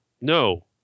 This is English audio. no